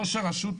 ראש הרשות,